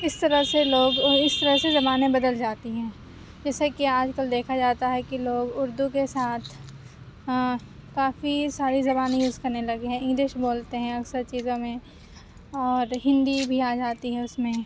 اِس طرح سے لوگ اِس طرح سے زبانیں بدل جاتی ہیں جیسا کہ آج کل دیکھا جاتا ہے کہ لوگ اُردو کے ساتھ کافی ساری زبانیں یوز کرنے لگے ہیں انگلش بولتے ہیں اکثر چیزوں میں اور ہندی بھی آ جاتی ہے اُس میں